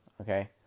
Okay